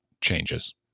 changes